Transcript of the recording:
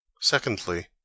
secondly